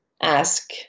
ask